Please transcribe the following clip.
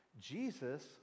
Jesus